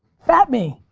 fat me.